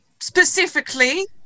specifically